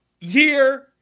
year